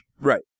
Right